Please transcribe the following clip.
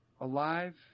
alive